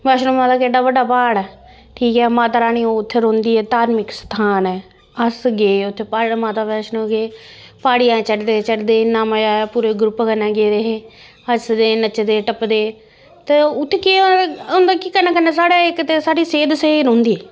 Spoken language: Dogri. बैष्णो माता केड्डा बड्डा प्हाड़ ऐ ठीक ऐ माता रानी उत्थें रौंह्दी ऐ धार्मिक स्थान ऐ अस गे उत्थें प्हा बैष्णो माता गे प्हाड़ियां चढ़दे चढ़दे इन्ना मजा आया पूरे ग्रुप कन्नै गेदे हे हसदे नचदे टप्पदे ते उत्थेैं केह् होंदा कि कन्नै कन्नै साढ़ै इक ते साढ़ी सेह्त स्हेई रौंह्दी